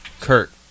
Kurt